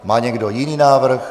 Má někdo jiný návrh?